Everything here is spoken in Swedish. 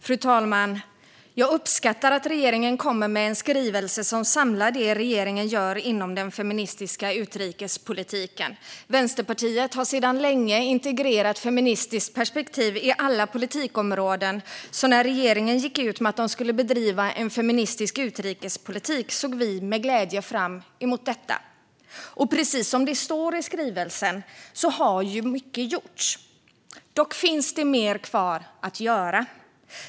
Fru talman! Jag uppskattar att regeringen kommer med en skrivelse som samlar det regeringen gör inom den feministiska utrikespolitiken. Vänsterpartiet har sedan länge integrerat ett feministiskt perspektiv i alla politikområden, så när regeringen gick ut med att de skulle bedriva en feministisk utrikespolitik såg vi med glädje fram emot detta. Och precis som det står i skrivelsen har mycket gjorts. Dock finns det mer kvar att göra.